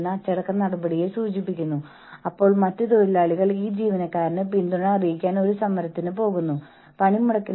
അവരുടെ ഫീഡ്ബാക്ക് സജീവമായി ആത്മാർത്ഥമായി പരിഗണിക്കപ്പെടുന്നു എന്ന് ജീവനക്കാർ അറിയുമ്പോൾ അപ്പോൾ അവർക്ക് ബഹുമാനം തോന്നുന്നു